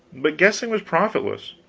but guessing was profitless.